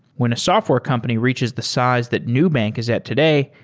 when a software company reaches the size that nubank is at today,